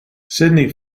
sidney